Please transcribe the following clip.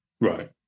Right